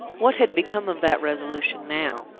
what had become of that resolution now?